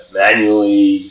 manually